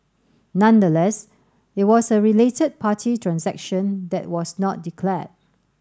nonetheless it was a related party transaction that was not declared